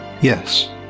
Yes